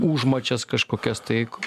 užmačias kažkokias tai